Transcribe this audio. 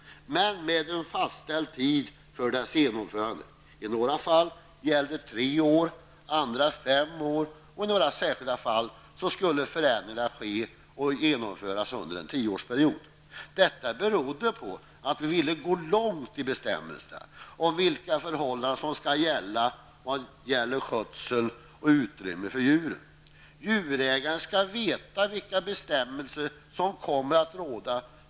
Man skulle dock ha en fastställd tid för dess genomförande. I några fall gällde tre år, i andra fem år och i några särskilda fall skulle förändringarna genomföras under en tioårsperiod. Detta berodde på att vi ville gå långt i bestämmelserna om vilka förhållanden som skulle gälla för skötsel och utrymme för djuren. Djurägarna skall veta vilka bestämmelser som kommer att råda.